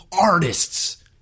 artists